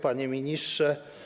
Panie Ministrze!